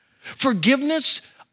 Forgiveness